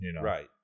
Right